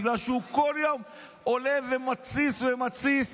בגלל שהוא כל יום עולה ומתסיס ומתסיס?